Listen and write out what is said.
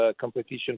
competition